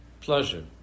pleasure